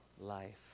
life